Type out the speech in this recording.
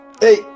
Hey